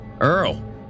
Earl